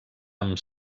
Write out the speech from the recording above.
amb